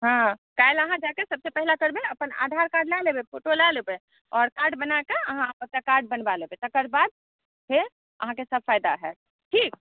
हॅं काल्हि अहाँ जाके सभसे पहिले अपने करबै आधारकार्ड लय लेबै फोटो लय लेबै आओर कार्ड बनाकऽ अहाँ अपन कार्ड बनवा लेबै तकर बाद फेर अहाँकेँ सभ फायदा होयत ठीक